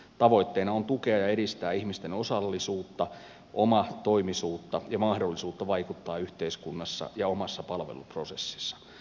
tavoitteena on tukea ja edistää ihmisten osallisuutta omatoimisuutta ja mahdollisuutta vaikuttaa yhteiskunnassa ja omassa palveluprosessissa